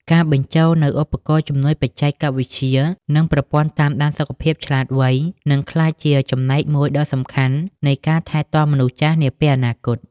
ការបញ្ចូលនូវឧបករណ៍ជំនួយបច្ចេកវិទ្យា និងប្រព័ន្ធតាមដានសុខភាពឆ្លាតវៃ នឹងក្លាយជាចំណែកមួយដ៏សំខាន់នៃការថែទាំមនុស្សចាស់នាពេលអនាគត។